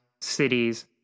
cities